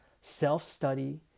self-study